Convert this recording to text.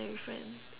imaginary friend